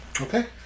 Okay